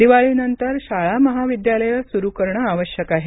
दिवाळीनंतर शाळा महाविद्यालयं सुरू करणं आवश्यक आहे